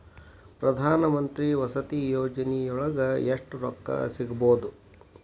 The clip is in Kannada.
ಪ್ರಧಾನಮಂತ್ರಿ ವಸತಿ ಯೋಜನಿಯೊಳಗ ಎಷ್ಟು ರೊಕ್ಕ ಸಿಗಬೊದು?